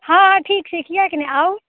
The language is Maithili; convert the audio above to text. हँ हँ ठीक छै किएक नहि आउ